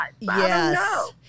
Yes